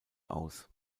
aus